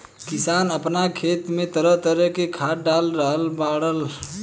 किसान आपना खेत में तरह तरह के खाद डाल रहल बाड़न